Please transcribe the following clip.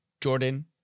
Jordan